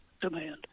demand